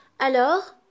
Alors